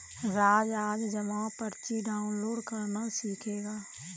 राज आज जमा पर्ची डाउनलोड करना सीखेगा